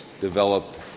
developed